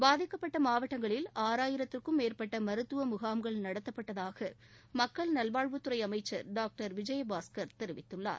பாதிக்கப்பட்ட மாவட்டங்களில் ஆறாயிரத்திற்கும் மேற்பட்ட மருத்துவ முகாம்கள் நடத்தப்பட்டதாக மக்கள் நல்வாழ்வுத் துறை அமைச்சர் டாக்டர் விஜயபாஸ்கர் தெரிவித்தார்